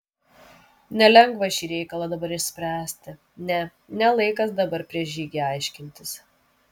nelengva šį reikalą dabar išspręsti ne ne laikas dabar prieš žygį aiškintis